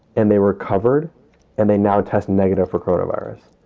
and they were covered and they now tested negative for rotavirus.